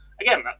again